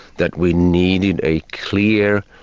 that we needed a clear,